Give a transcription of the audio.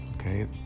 okay